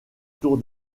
tour